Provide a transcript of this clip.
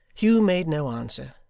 hugh made no answer,